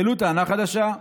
העלו טענה חדשה,